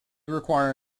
require